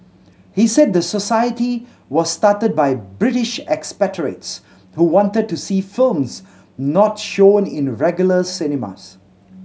he said the society was started by British expatriates who wanted to see films not shown in regular cinemas